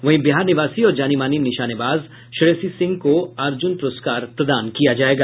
वहीं बिहार निवासी और जानीमानी निशानेबाज श्रेयसी सिंह को अर्जुन पुरस्कार प्रदान किया जायेगा